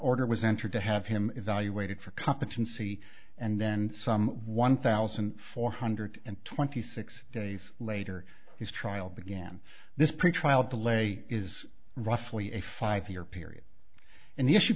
order was entered to have him evaluated for competency and then some one thousand four hundred and twenty six days later his trial began this pre trial delay is roughly a five year period and the issue